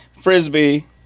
Frisbee